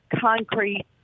concrete